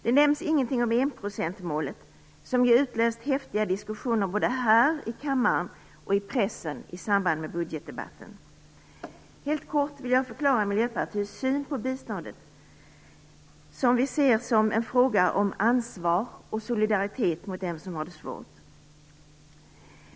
Det nämns ingenting om enprocentsmålet, som ju utlöst häftiga diskussioner både här i kammaren och i pressen i samband med budgetdebatten. Helt kort vill jag förklara Miljöpartiets syn på biståndet. Vi ser det som en fråga om ansvar och solidaritet gentemot dem som har det svårt.